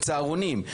צהרונים,